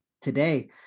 today